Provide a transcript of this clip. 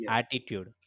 attitude